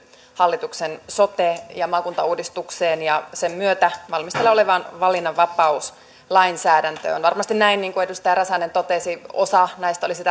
hallituksen sote ja maakuntauudistukseen ja sen myötä valmisteilla olevaan valinnanvapauslainsäädäntöön on varmasti näin niin kuin edustaja räsänen totesi että osa näistä olisi